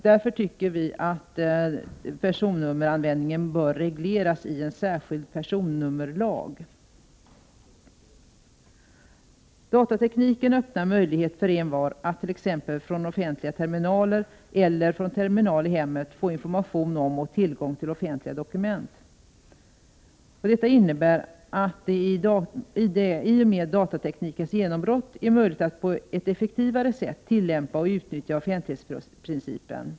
Därför tycker vi att personnummeranvändningen bör regleras i en särskild personnummerlag. Datatekniken öppnar möjlighet för envar att t.ex. från offentliga terminaler eller från terminal i hemmet få information om och tillgång till offentliga dokument. Detta innebär att det i och med datateknikens genombrott är möjligt att på ett effektivare sätt tillämpa och utnyttja offentlighetsprincipen.